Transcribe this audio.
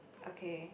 okay